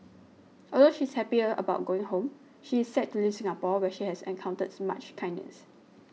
although she is happy about going home she is sad to leave Singapore where she has encountered much kindness